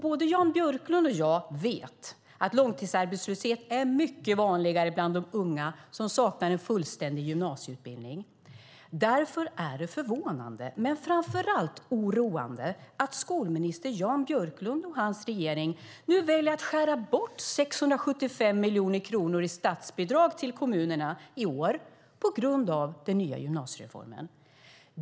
Både Jan Björklund och jag vet att långtidsarbetslöshet är mycket vanligare bland de unga som saknar en fullständig gymnasieutbildning. Därför är det förvånande men framför allt oroande att skolminister Jan Björklund och hans regering nu väljer att skära bort 675 miljoner kronor i statsbidrag till kommunerna i år på grund av den nya gymnasiereformen.